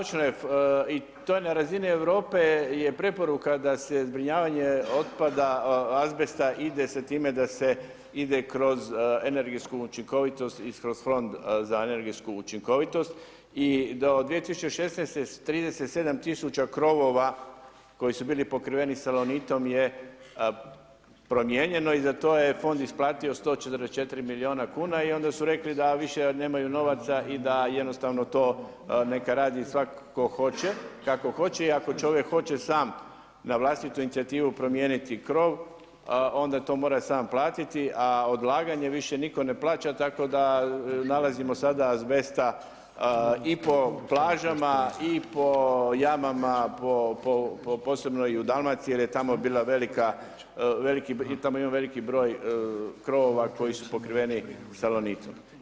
Da točno je, i to je na razini Europe je preporuka da se zbrinjavanje otpada azbesta ide se time da se ide kroz energetsku učinkovitost i kroz Fond za energetsku učinkovitost i da od 2016. 37 tisuća krovova koji su bili pokriveni salonitom je promijenjeno i za to je Fond isplatio 144 milijuna kuna i onda su rekli da više nemaju novaca i da jednostavno to neka radi svak tko hoće i kako hoće i ako čovjek hoće sam na vlastitu inicijativu promijeniti krov onda to mora sam platiti a odlaganje više nitko ne plaća, tako da nalazimo sada azbesta i po plažama i po jamama, posebno u Dalmaciji jer je tamo bila velika, tamo ima veliki broj krovova koji su pokriveni salonitom.